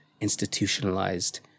institutionalized